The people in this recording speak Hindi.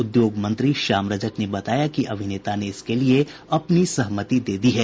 उद्योग मंत्री श्याम रजक ने बताया कि अभिनेता ने इसके लिये अपनी सहमति दे दी है